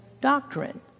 doctrine